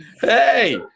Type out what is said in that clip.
hey